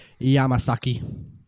Yamasaki